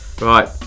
Right